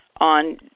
on